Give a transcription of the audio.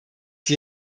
die